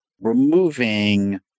removing